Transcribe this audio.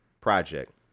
project